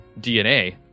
DNA